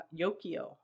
Yokio